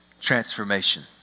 transformation